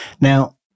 Now